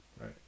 Right